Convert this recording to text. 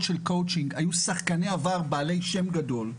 של קואוצ'ינג היו שחקני עבר בעלי שם גדול,